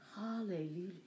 Hallelujah